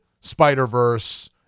Spider-Verse